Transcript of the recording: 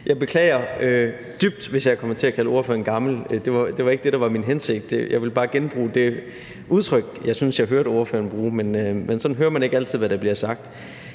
Jeg beklager dybt, hvis jeg er kommet til at kalde ordføreren gammel. Det var ikke det, der var min hensigt. Jeg ville bare genbruge det udtryk, jeg syntes jeg hørte ordføreren bruge, men sådan hører man ikke altid, hvad der bliver sagt.